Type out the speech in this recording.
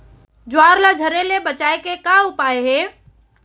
ज्वार ला झरे ले बचाए के का उपाय हे?